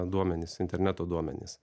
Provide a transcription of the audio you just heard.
duomenys interneto duomenys